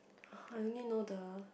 I only know the